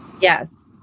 Yes